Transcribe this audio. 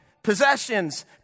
Possessions